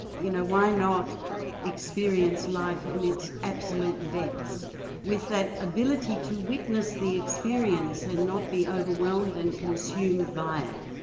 you know, why not experience life in its absolute depths with that ability to witness the experience and not be overwhelmed and consumed by it.